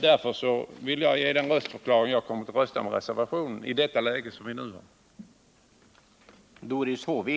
Därför vill jag avge den röstförklaringen att jag kommer att rösta med reservationen i det läge som vi nu har.